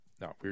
No